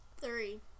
Three